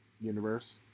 universe